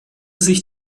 sich